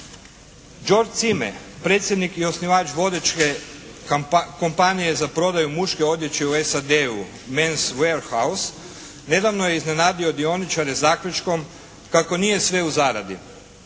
i osnivač …/Govornik se ne razumije./… kompanije za prodaju muške odjeće u SAD-u "Men's wealth house" nedavno je iznenadio dioničare zaključkom kako nije sve u zaradi.